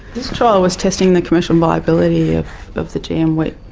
this trial was testing the commercial viability of of the gm wheat.